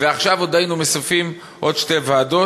ועכשיו עוד היינו מוסיפים עוד שתי ועדות.